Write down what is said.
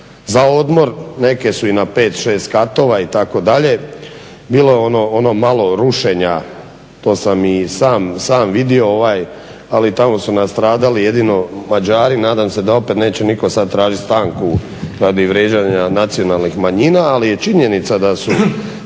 za odmor, neke su i na 5, 6 katova itd. Bilo je ono malo rušenja to sam i sam vidio, ali tamo su nastradali jedino Mađari. Nadam se da opet neće nitko sad tražiti stanku radi vrijeđanja nacionalnih manjina, ali je činjenica da su